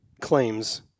claims